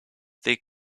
they